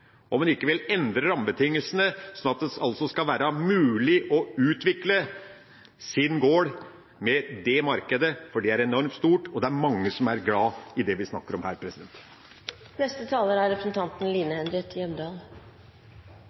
om en ikke vil endre rammebetingelsene sånn at det skal være mulig å utvikle sin gård overfor det markedet, for det er enormt stort, og det er mange som er glad i det vi her snakker om. Bare en kort merknad: Jeg er glad for at bioøkonomi også ble dratt inn i denne debatten, som representanten